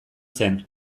zen